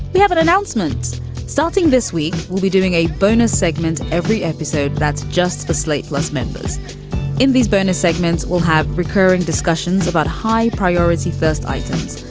we have an announcement starting this week. we'll be doing a bonus segment every episode. that's just for slate. plus, members in these bonus segments will have recurring discussions about high priority first items,